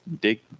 dig